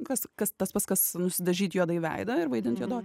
kas kas tas pats kas nusidažyt juodai veidą ir vaidint juodaodį